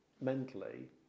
mentally